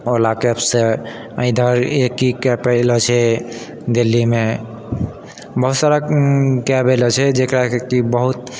ओला कैबसँ इधर पहिलो छै दिल्लीमे बहुत सारा कैब एलो छै जेकरा कि बहुत